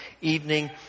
evening